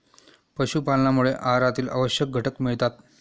पशुपालनामुळे आहारातील आवश्यक घटक मिळतात